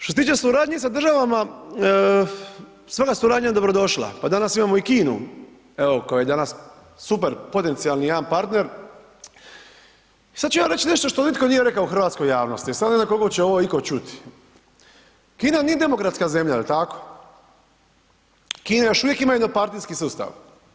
Što se tiče suradnje sa državama, svaka suradnja je dobrodošla, pa danas imamo i Kinu, evo koja je danas super potencijalni jedan partner i sad ću ja reć što nitko nije rekao u hrvatskoj javnosti i sad ne znam koliko će ovo itko čuti, Kina nije demokratska zemlja, jel tako, Kina još uvijek ima jednopartijski sustav.